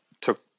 took